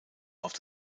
auf